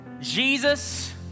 Jesus